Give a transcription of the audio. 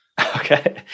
Okay